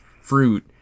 fruit